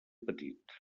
petit